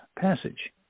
passage